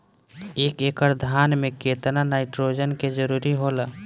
एक एकड़ धान मे केतना नाइट्रोजन के जरूरी होला?